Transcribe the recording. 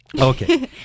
Okay